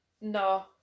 no